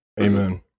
Amen